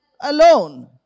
alone